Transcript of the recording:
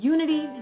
Unity